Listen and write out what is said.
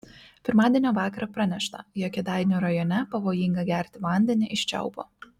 pirmadienio vakarą pranešta jog kėdainių rajone pavojinga gerti vandenį iš čiaupo